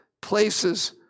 places